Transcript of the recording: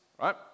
right